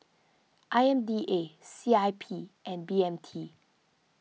I M D A C I P and B M T